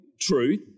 truth